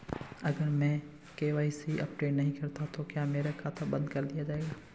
अगर मैं KYC update नहीं करता तो क्या मेरा खाता बंद कर दिया जाएगा?